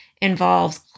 involves